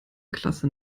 klasse